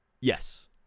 Yes